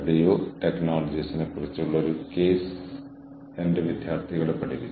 കൂടാതെ നെറ്റ്വർക്കിന്റെ തലത്തിൽ അവരുടെ പ്രൊഫഷണൽ കഴിവുകൾ വികസിപ്പിക്കുന്നത് തുടരാൻ അവരെ പ്രോത്സാഹിപ്പിക്കുന്നു